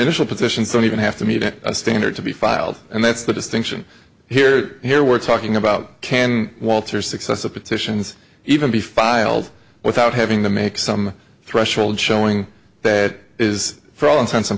initial position so even have to meet it a standard to be filed and that's the distinction here here we're talking about can walter successive petitions even be filed without having to make some threshold showing that is for all intents and